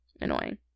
annoying